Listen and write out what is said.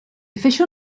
official